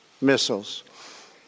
missiles